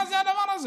מה זה הדבר הזה?